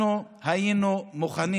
אנחנו היינו מוכנים